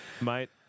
Mate